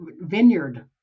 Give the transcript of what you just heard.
vineyard